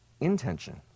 intention